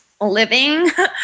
living